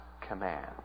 command